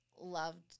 loved